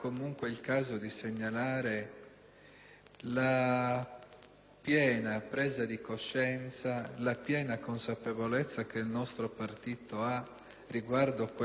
la piena presa di coscienza, la piena consapevolezza che il nostro partito ha riguardo a questo ennesimo inganno.